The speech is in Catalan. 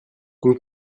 cul